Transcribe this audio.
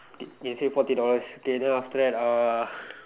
save forty okay then after that uh